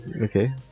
Okay